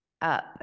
up